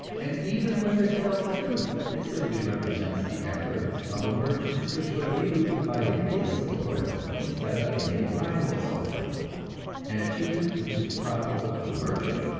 and even where it tells the truth it simply represents the effort of a merchant to persuade you to buy in his store instead of in a rival store an achievement which is profitable to the merchant,